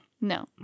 no